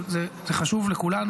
אבל זה חשוב לכולנו.